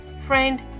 friend